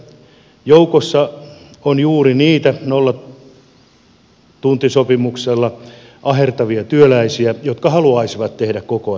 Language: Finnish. tässä joukossa on juuri niitä nollatuntisopimuksella ahertavia työläisiä jotka haluaisivat tehdä kokoaikatyötä